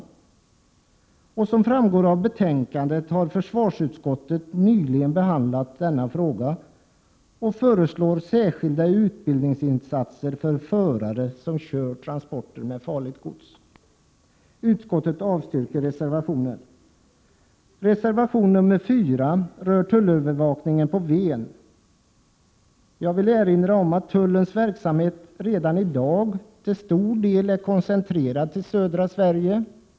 Som framgår av betänkandet har försvarsutskottet nyligen behandlat denna fråga och föreslår särskilda utbildningsinsatser för förare som kör transporter med farligt gods. Jag yrkar avslag på reservationen. Reservation nr 4 rör tullövervakningen på Ven. Jag vill erinra om att tullens verksamhet redan i dag till stor del är koncentrerad till södra Sverige.